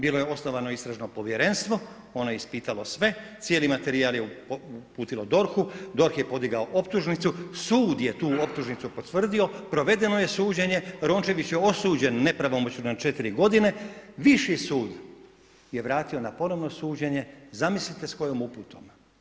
Bilo je osnovano istražno povjerenstvo, ono je ispitalo sve, cijeli materijal je uputilo DORH-u DORH je podignuo optužnicu, sud je tu optužnicu potvrdio, provedeno je suđenje Rončević je osuđen nepravomoćno na 4 g. viši sud je vratio na ponovno suđenje, zamislite s kojom uputom.